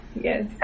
Yes